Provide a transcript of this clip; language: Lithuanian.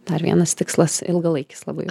dar vienas tikslas ilgalaikis labai